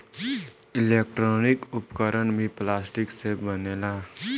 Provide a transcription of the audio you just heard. electronic उपकरण भी plastic से बनेला